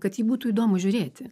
kad ji būtų įdomu žiūrėti